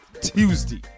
tuesday